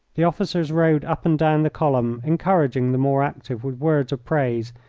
the officers rode up and down the column encouraging the more active with words of praise,